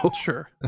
sure